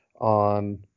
on